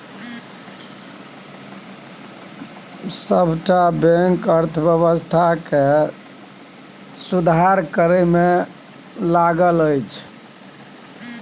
सबटा बैंक अर्थव्यवस्था केर सुधार मे लगल छै